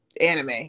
anime